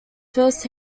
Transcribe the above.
first